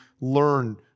learn